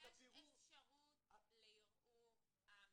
אז יש אפשרות לערעור, עמי.